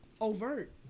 overt